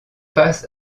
face